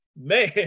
man